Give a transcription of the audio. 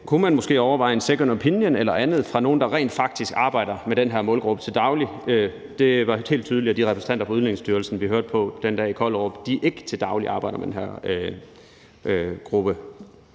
kunne man måske overveje at få en second opinion eller andet fra nogle, der rent faktisk arbejder med den her målgruppe til daglig. Det var helt tydeligt, at de repræsentanter fra Udlændingestyrelsen, vi hørte på den dag i Kollerup, ikke til daglig arbejder med den her gruppe.